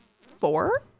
four